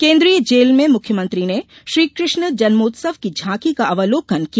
केन्द्रीय जेल में मुख्यमंत्री ने श्रीकृ ष्ण जन्मोत्सव की झाँकी का अवलोकन किया